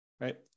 right